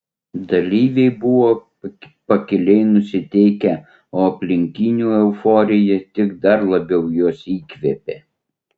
dalyviai buvo pakiliai nusiteikę o aplinkinių euforija tik dar labiau juos įkvėpė